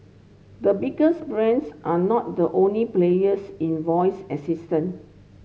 the biggest brands are not the only players in voice assistant